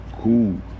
cool